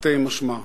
תרתי משמע.